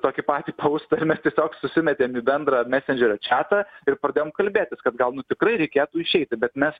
tokį patį poustą ir mes tiesiog susimetėm į bendrą mesendžerio čiatą ir pradėjom kalbėtis kad gal nu tikrai reikėtų išeiti bet mes